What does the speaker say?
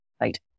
right